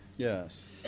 Yes